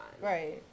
Right